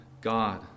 God